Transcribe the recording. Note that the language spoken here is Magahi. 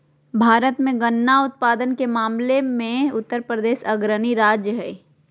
भारत मे गन्ना उत्पादन के मामले मे उत्तरप्रदेश अग्रणी राज्य हय